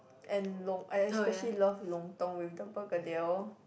and long I especially love lontong with the begedil